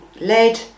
Lead